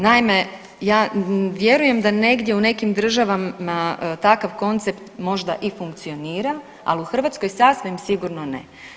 Naime, ja vjerujem da negdje u nekim državama takav koncept možda i funkcionira, ali u Hrvatskoj sasvim sigurno ne.